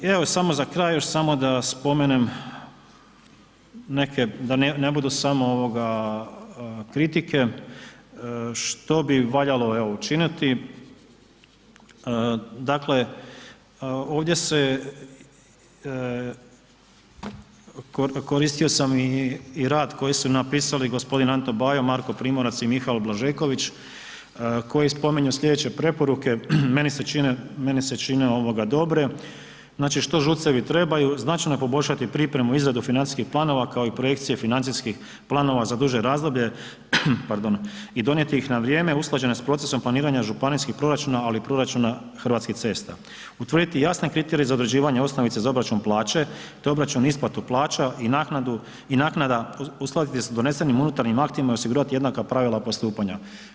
Evo samo za kraj još samo da spomenem neke da ne budu samo ovoga kritike, što bi valjalo evo učiniti, dakle ovdje se, koristio sam i rad koji su napisali g. Anto Bajo, Marko Primorac i Mihael Blažeković, koji spominju slijedeće preporuke, meni se čine, meni se čine ovoga dobre, znači što ŽUC-evi trebaju, značajno poboljšati pripremu, izradu financijskih planova, kao i projekcije financijskih planova za duže razdoblje i donijeti ih na vrijeme, usklađene s procesom planiranja županijskih proračuna, ali i proračuna Hrvatskih cesta, utvrditi jasne kriterije za određivanje osnovice za obračun plaće, te obračun isplatu plaća i naknadu i naknada uskladiti s donesenim unutarnjim aktima i osigurati jednaka pravila postupanja.